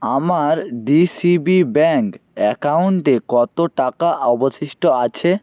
আমার DCB bank অ্যাকাউন্টে কত টাকা অবশিষ্ট আছে